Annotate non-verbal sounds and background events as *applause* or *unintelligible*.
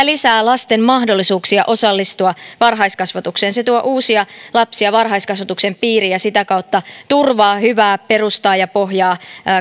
*unintelligible* lisää lasten mahdollisuuksia osallistua varhaiskasvatukseen se tuo uusia lapsia varhaiskasvatuksen piiriin ja sitä kautta turvaa hyvää perustaa ja pohjaa